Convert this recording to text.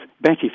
Betty